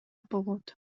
болот